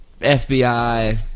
FBI